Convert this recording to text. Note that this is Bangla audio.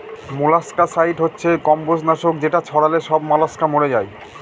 মোলাস্কাসাইড হচ্ছে কম্বজ নাশক যেটা ছড়ালে সব মলাস্কা মরে যায়